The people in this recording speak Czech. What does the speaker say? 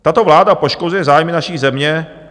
Tato vláda poškozuje zájmy naší země.